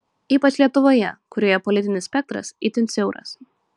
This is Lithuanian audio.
ypač lietuvoje kurioje politinis spektras itin siauras